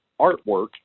artwork